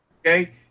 Okay